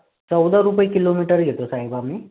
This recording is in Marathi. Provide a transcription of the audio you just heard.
चौदा रुपये किलोमीटर घेतो साहेब आम्ही